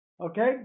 Okay